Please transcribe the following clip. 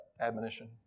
admonition